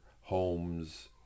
homes